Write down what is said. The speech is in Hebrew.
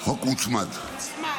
חוק הוצמד.